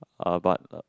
uh but